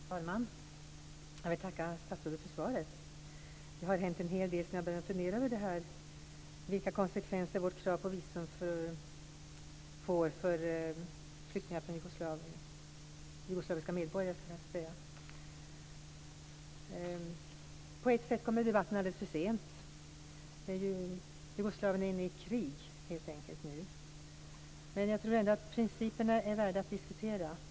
Fru talman! Jag vill tacka statsrådet för svaret. Det har hänt en hel del sedan jag började fundera över vilka konsekvenser vårt krav på visum får för flyktingar från Jugoslavien. Jag skall kanske säga jugoslaviska medborgare. På ett sätt kommer debatten alldeles för sent - Jugoslavien är nu helt enkelt i krig - men jag tror ändå att principerna är värda att diskutera.